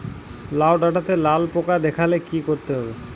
লাউ ডাটাতে লাল পোকা দেখালে কি করতে হবে?